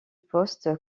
poste